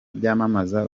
byamamaza